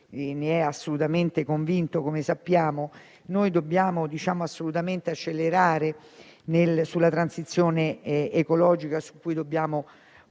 ne è assolutamente convinto, come sappiamo - dobbiamo assolutamente accelerare sulla transizione ecologica, su cui dobbiamo